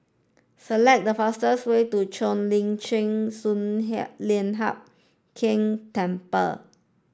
select the fastest way to Cheo Lim Chin Sun Hup Lian Hup Keng Temple